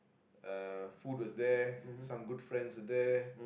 uh food was there some good friends were there